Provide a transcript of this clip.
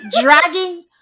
dragging